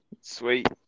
Sweet